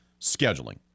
scheduling